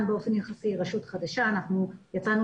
בצורה מאוד נגישה גם באינטרנט.